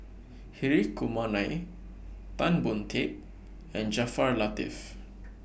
Hri Kumar Nair Tan Boon Teik and Jaafar Latiff